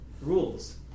rules